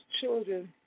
children